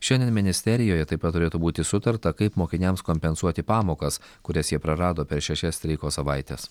šiandien ministerijoje taip pat turėtų būti sutarta kaip mokiniams kompensuoti pamokas kurias jie prarado per šešias streiko savaites